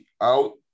out